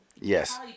Yes